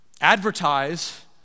advertise